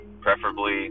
preferably